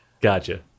Gotcha